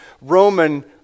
Roman